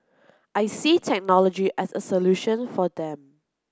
I see technology as a solution for them